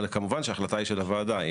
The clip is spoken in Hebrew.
אבל כמובן שההחלטה היא של הוועדה,